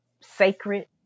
sacred